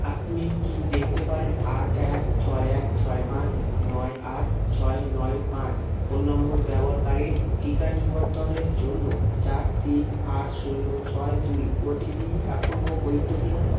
আপনি কি দেখতে পারেন আট এক ছয় এক ছয় পাঁচ নয় আট ছয় নয় পাঁচ ফোন নম্বর ব্যবহারকারীর টিকা নিবন্ধনের জন্য চার তিন আট শূন্য ছয় দুই ওটিপি এখনও বৈধ কি না